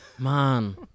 Man